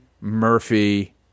Murphy